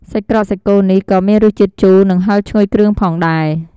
សាច់ក្រកសាច់គោនេះ ក៏មានរសជាតិជូរ និងហឹរឈ្ងុយគ្រឿងផងដែរ។